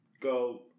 Go